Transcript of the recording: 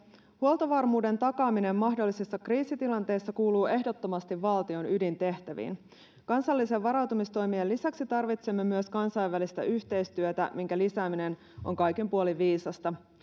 huoltovarmuuden takaaminen mahdollisessa kriisitilanteessa kuuluu ehdottomasti valtion ydintehtäviin kansallisten varautumistoimien lisäksi tarvitsemme myös kansainvälistä yhteistyötä minkä lisääminen on kaikin puolin viisasta